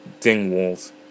Dingwalls